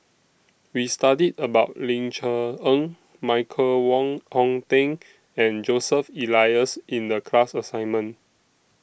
We studied about Ling Cher Eng Michael Wong Hong Teng and Joseph Elias in The class assignment